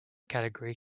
category